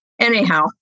anyhow